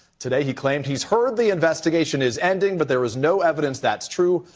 today he claimed he's heard the investigation is ending but there is no evidence that's true.